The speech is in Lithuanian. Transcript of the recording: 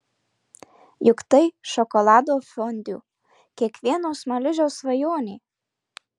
juk tai šokolado fondiu kiekvieno smaližiaus svajonė